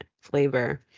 flavor